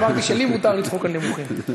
אמרתי שלי מותר לצחוק על נמוכים.